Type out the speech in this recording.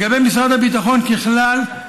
לגבי משרד הביטחון, ככלל,